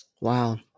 Wow